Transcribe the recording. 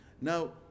Now